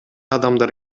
адамдар